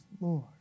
Lord